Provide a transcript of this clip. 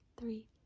three